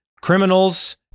criminals